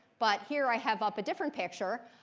but here i have up a different picture.